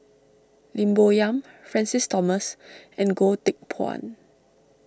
Lim Bo Yam Francis Thomas and Goh Teck Phuan